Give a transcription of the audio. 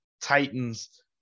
Titans